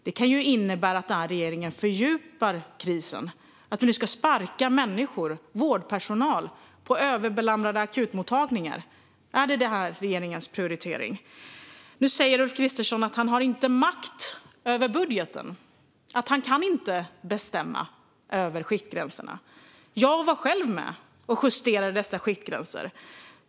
Det kan innebära att regeringen nu fördjupar krisen, att vi nu ska sparka människor, vårdpersonal på överbelamrade akutmottagningar. Är det regeringens prioritering? Nu säger Ulf Kristersson att han inte har makt över budgeten och inte kan bestämma över skiktgränserna. Jag var själv med och justerade dessa skiktgränser.